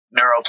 neuroplasticity